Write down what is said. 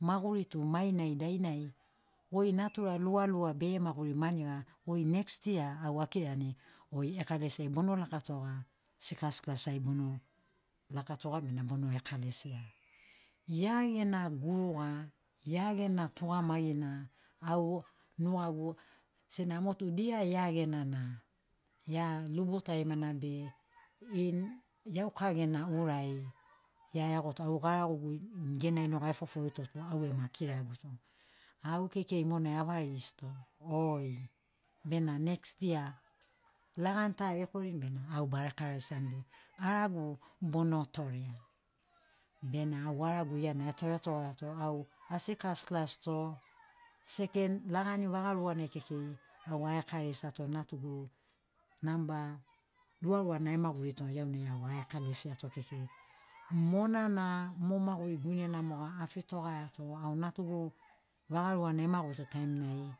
Maguri tu mainai dainai goi natura lualua bere maguri maniga goi next ya au akirani goi ekalesi ai bono lakatoga sikas klas ai bono lakatoga bena bono ekalesia. Ia gena guruga, ia gena tugamagi na au nugagu sena motu dia ia gena na ia lubu tarimana be iauka gena urai ia eiagoto au garagogu genai noga efoforito tu au ema kiraguto. Au kekei monai avarigisito oi bena nest ya lagani ta ekorin bena au ba ekalesiani aragu bono torea. Bena au aragu iana etoretogai ato au sikas klas to sekenlagani vaga lua na kekei au a ekalesia to natugu namba lualua na emagurito nuga nai au a ekalesiato kekei. Monana mo maguri guinena moga afitoga iato au natugu vaga rua na emagurito taimi nai